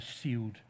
sealed